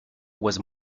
was